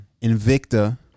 invicta